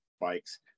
bikes